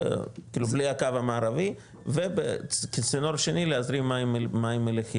כאילו בלי הקו המערבי ובצינור שני להזרים מים מליחים,